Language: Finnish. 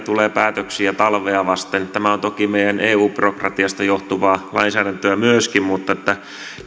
tulee päätöksiä talvea vasten tämä on toki meidän eu byrokratiasta johtuvaa lainsäädäntöämme myöskin mutta